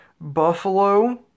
Buffalo